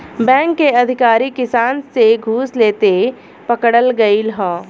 bank के अधिकारी किसान से घूस लेते पकड़ल गइल ह